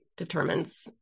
determines